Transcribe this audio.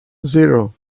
zero